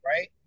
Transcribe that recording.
right